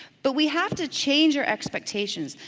but we have to change our expectations.